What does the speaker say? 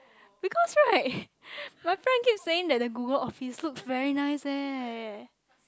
because right my friend keeps saying that the Google office looks very nice leh